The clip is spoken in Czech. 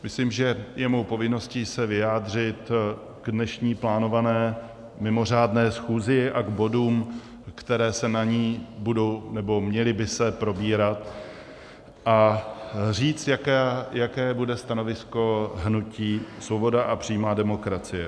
Myslím, že je mou povinností se vyjádřit k dnešní plánované mimořádné schůzi a k bodům, které se na ní budou, nebo měly by se probírat, a říct, jaké bude stanovisko hnutí Svoboda a přímá demokracie.